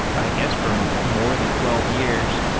i guess for more than twelve years.